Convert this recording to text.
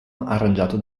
arrangiato